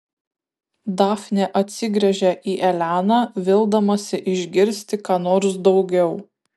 dafnė atsigręžia į eleną vildamasi išgirsti ką nors daugiau